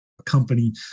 company